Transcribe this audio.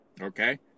Okay